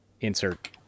insert